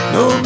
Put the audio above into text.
no